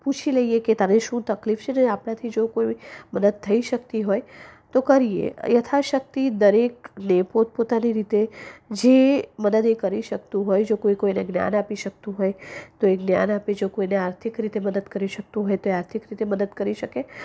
પૂછી લઈએ કે તને શું તકલીફ છે અને આપણાથી જો કોઈ મદદ થઈ શકતી હોય તો કરીએ યથાશક્તિ દરેકને પોતપોતાની રીતે જે મદદ એ કરી શકતું હોય જો કોઈ કોઈને જ્ઞાન આપી શકતું હોય તો એ જ્ઞાન આપે જો કોઈને આર્થિક રીતે મદદ કરી શકતું હોય તે આર્થિક રીતે મદદ કરે